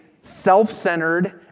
self-centered